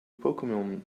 pokemon